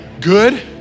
good